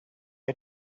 are